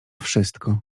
wszystko